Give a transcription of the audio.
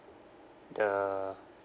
the